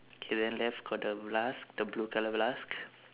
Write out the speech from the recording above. K then left got the flask the blue colour flask